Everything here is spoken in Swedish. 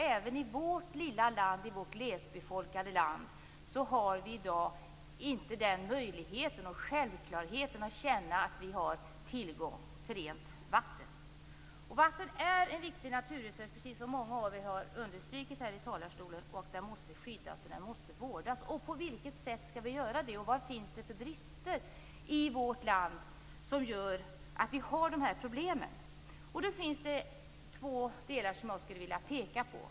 Även i vårt lilla glesbefolkade land har vi inte någon självklar tillgång på rent vatten. Vatten är en viktig naturresurs, precis som många här har understrukit, och den resursen måste skyddas och vårdas. På vilket sätt skall vi göra det? Vad finns det för brister i vårt land som gör att vi har dessa problem? Då finns det två delar som jag skulle vilja peka på.